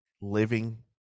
living